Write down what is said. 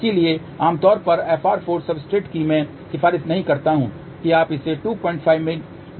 इसलिए आमतौर पर FR4 सब्सट्रेट की मैं सिफारिश की नहीं करता कि आप इसे 25 गीगाहर्ट्ज़ से आगे इस्तेमाल करें